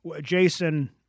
Jason